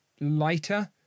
lighter